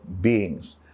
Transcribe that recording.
beings